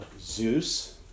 Zeus